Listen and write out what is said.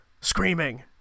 screaming